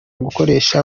gukoresha